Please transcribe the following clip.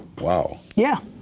wow. yeah.